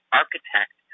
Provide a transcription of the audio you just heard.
architect